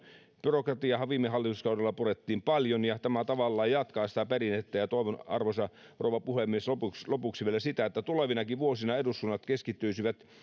byrokratiaahan viime hallituskaudella purettiin paljon ja tämä tavallaan jatkaa sitä perinnettä toivon arvoisa rouva puhemies lopuksi lopuksi vielä sitä että tulevinakin vuosina eduskunnat keskittyisivät